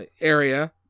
area